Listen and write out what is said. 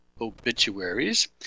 Obituaries